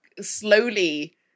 slowly